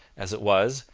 as it was,